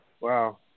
Wow